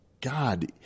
God